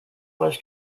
was